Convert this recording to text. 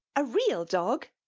a real dog?